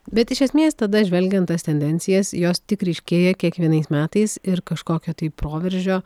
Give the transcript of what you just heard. bet iš esmės tada žvelgiant tas tendencijas jos tik ryškėja kiekvienais metais ir kažkokio tai proveržio